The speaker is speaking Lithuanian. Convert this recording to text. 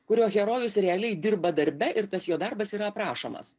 kurio herojus realiai dirba darbe ir tas jo darbas yra aprašomas